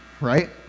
right